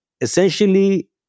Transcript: essentially